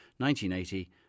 1980